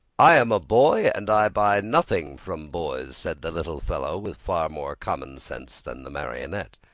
i am a boy and i buy nothing from boys, said the little fellow with far more common sense than the marionette.